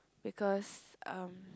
because uh